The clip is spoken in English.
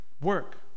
work